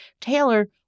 Taylor